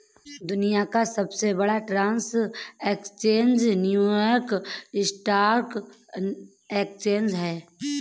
दुनिया का सबसे बड़ा stock exchange New York stock exchange है